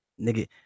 Nigga